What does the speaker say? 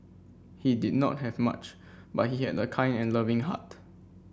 he did not have much but he had a kind and loving heart